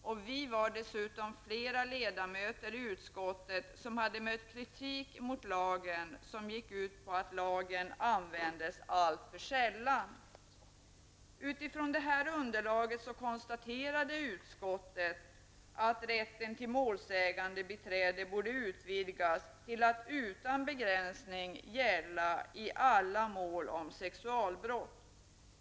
Dessutom hade flera av oss ledamöter i utskottet mött kritik mot lagen, vilken gick ut på att lagen användes alltför sällan. Utifrån det här underlaget konstaterade utskottet att rätten till målsägandebiträde borde utvidgas till att utan begränsning gälla i alla mål om sexualbrott.